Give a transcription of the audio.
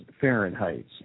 Fahrenheit